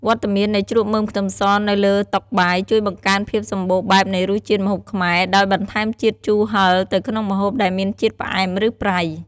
វត្តមាននៃជ្រក់មើមខ្ទឹមសនៅលើតុបាយ ជួយបង្កើនភាពសម្បូរបែបនៃរសជាតិម្ហូបខ្មែរ ដោយបន្ថែមជាតិជូរហឹរ ទៅក្នុងម្ហូបដែលមានជាតិផ្អែម ឬប្រៃ។